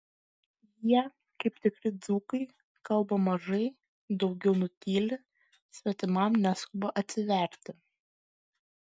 jie kaip tikri dzūkai kalba mažai daugiau nutyli svetimam neskuba atsiverti